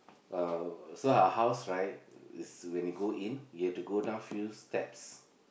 uh so her house right is when you go in you have to go down few steps